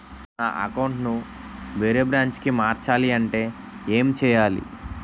నా అకౌంట్ ను వేరే బ్రాంచ్ కి మార్చాలి అంటే ఎం చేయాలి?